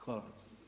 Hvala.